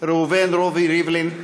ראובן רובי ריבלין,